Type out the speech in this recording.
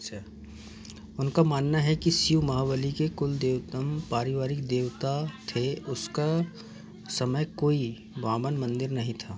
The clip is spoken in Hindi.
उनका मानना है कि शिव महाबली के कुल देवता पारिवारिक देवता थे और उसका समय कोई वामन मंदिर नहीं था